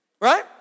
right